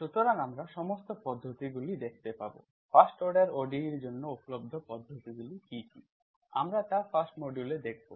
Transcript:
সুতরাং আমরা সমস্ত পদ্ধতি গুলো দেখতে পাব ফার্স্ট অর্ডার ODE এর জন্য উপলব্ধ পদ্ধতিগুলি কী কী আমরা তা 1st মডিউল এ দেখব